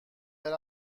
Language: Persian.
برم